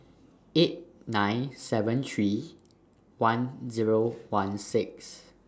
eight nine seven three one Zero one six